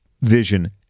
vision